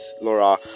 laura